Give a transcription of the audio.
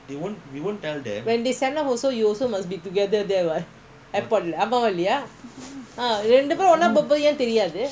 அப்பநான்பாவம்இல்லையா:apa naan paavam illaya